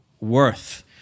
worth